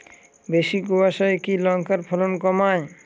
বেশি কোয়াশায় কি লঙ্কার ফলন কমায়?